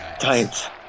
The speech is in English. Giants